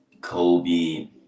Kobe